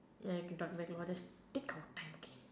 ya you can talk back lah just take our time okay